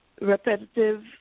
repetitive